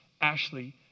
Ashley